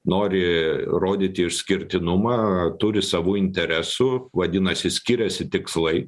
nori rodyti išskirtinumą turi savų interesų vadinasi skiriasi tikslai